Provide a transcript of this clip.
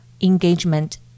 engagement